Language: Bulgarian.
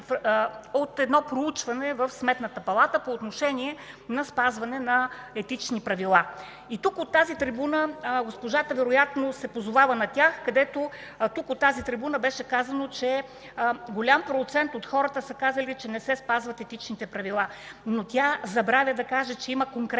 от едно проучване в Сметната палата по отношение на спазване на Етични правила. Госпожата вероятно се позовава на тях. Тук, от тази трибуна беше казано, че голям процент от хората са казали, че не се спазват Етичните правила. Тя забравя да каже, че има конкретен